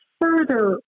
further